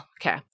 Okay